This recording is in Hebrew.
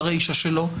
לרישא שלו,